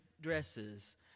dresses